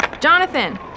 Jonathan